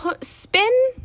spin